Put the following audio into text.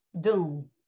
doom